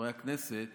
מחברי הכנסת